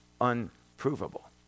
unprovable